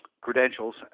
credentials